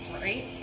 right